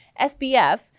SBF